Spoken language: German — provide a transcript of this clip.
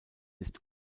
ist